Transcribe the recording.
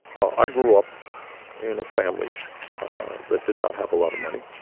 i grew up in a family that did not have a lot of money.